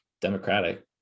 democratic